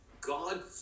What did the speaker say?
God